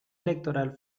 electoral